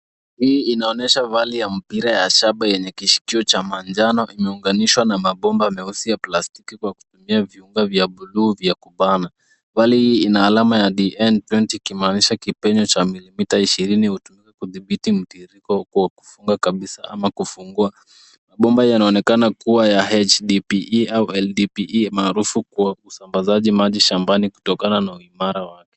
Hii inaonyesha vali ya mpira ya shaba yenye kishikio cha manjano imeunganishwa na mabomba meusi ya plastiki kwa kutumia viungo vya buluu vya kubana. Vali hii ina alama ya DN20 ikimaanisha kipenyo cha milimita ishirini hutumika kudhibiti mtiririko huku wakifunga kabisa ama kufungua. Mabomba yanaonekana kuwa ya H.D.P.E au L.D.P.E maarufu kwa usambazaji maji shambani kutokana na uimara wake.